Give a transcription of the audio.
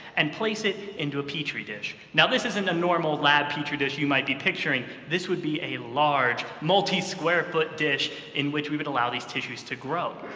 and place it into a petri dish. now this isn't a normal lab petri dish you might be picturing. this would be a large, multi-square-foot dish in which we would allow these tissues to grow.